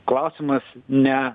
klausimas ne